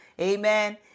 Amen